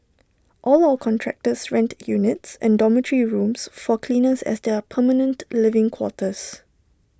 all our contractors rent units and dormitory rooms for cleaners as their permanent living quarters